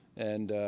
and